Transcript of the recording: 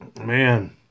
Man